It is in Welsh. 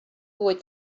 fwyd